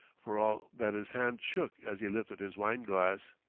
for all that his hand shook as he lifted his wine glass.